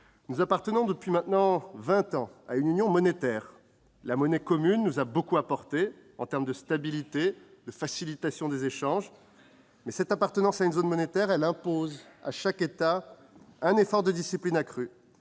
Nous appartenons depuis maintenant vingt ans à une union monétaire. La monnaie commune nous a beaucoup apporté en termes de stabilité et de facilitation des échanges. Mais cette appartenance à une zone monétaire impose à chaque État membre un effort de discipline accru,